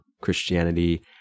Christianity